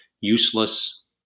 useless